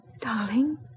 Darling